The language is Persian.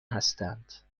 هستند